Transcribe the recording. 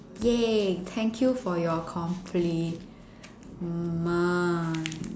!yay! thank you for your compliment